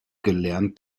gelernt